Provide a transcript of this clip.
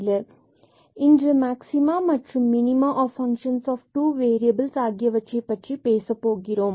மற்றும் இன்று maxima minima of function of இரண்டு வேறியபில்ஸ் ஆகியவற்றைப் பற்றி பேச போகிறோம்